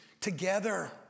together